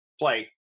play